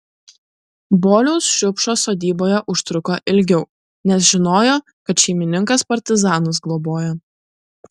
boliaus šriupšos sodyboje užtruko ilgiau nes žinojo kad šeimininkas partizanus globoja